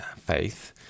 faith